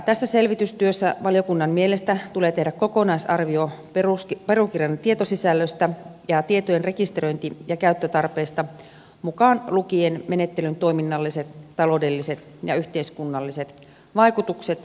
tässä selvitystyössä valiokunnan mielestä tulee tehdä kokonaisarvio perukirjan tietosisällöstä ja tietojen rekisteröinti ja käyttötarpeista mukaan lukien menettelyn toiminnalliset taloudelliset ja yhteiskunnalliset vaikutukset